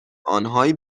آنهایی